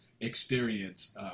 experience